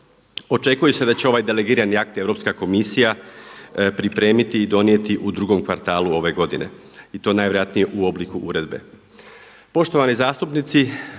Očekuje se da će ovaj delegirani akt Europska komisija pripremiti i donijeti u drugom kvartalu ove godine i to najvjerojatnije u obliku uredbe.